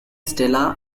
stella